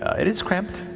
it is cramped,